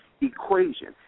equation